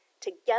Together